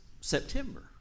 September